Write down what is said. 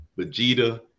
Vegeta